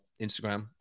Instagram